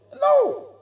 No